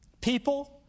People